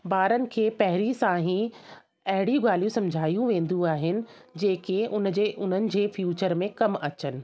ॿारनि खे पहिरीं सां ई अहिड़ियूं ॻाल्हियूं सम्झायूं वेंदियूं आहिनि जेके उन जे उन्हनि जे फ्यूचर में कमु अचनि